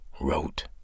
wrote